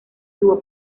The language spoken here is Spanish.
tuvo